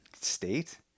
state